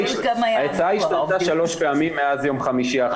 ההצעה השתנתה שלוש פעמים מאז יום חמישי האחרון.